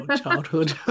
childhood